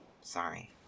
Sorry